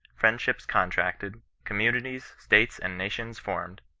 fiiendships contracted, communities, states, and nations, formed,